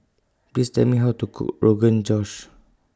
Please Tell Me How to Cook Rogan Josh